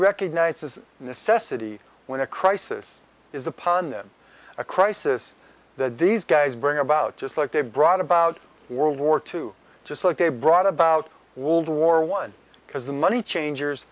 recognizes necessity when a crisis is upon them a crisis that these guys bring about just like they've brought about world war two just like they brought about world war one because the money change